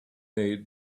made